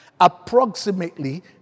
Approximately